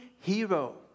hero